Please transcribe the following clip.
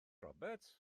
roberts